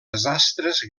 desastres